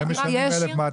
הם משלמים 1,200 שקלים.